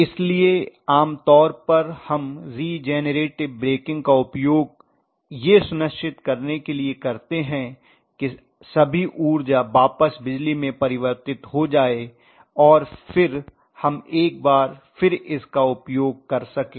इसलिए आम तौर पर हम रिजेनरेटिव ब्रेकिंग का उपयोग यह सुनिश्चित करने के लिए करते हैं कि सभी ऊर्जा वापस बिजली में परिवर्तित हो जाए और फिर हम एक बार फिर इसका उपयोग कर सकें